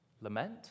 Lament